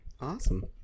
Awesome